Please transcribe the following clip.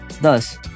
Thus